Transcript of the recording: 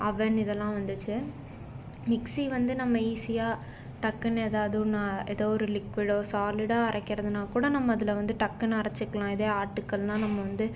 அவன் இதெல்லாம் வந்துச்சு மிக்சி வந்து நம்ம ஈஸியாக டக்குன்னு ஏதாவது ஒன்று ஏதோ ஒரு லிக்விடோ சாலிடா அரைக்கிறதுன்னால் கூட நம்ம அதில் வந்து டக்குன்னு அரச்சுக்கலாம் இதே ஆட்டுக்கல்னால் நம்ம வந்து